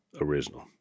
original